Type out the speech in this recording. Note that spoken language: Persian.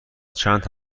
چند